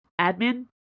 admin